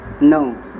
No